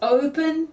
open